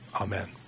Amen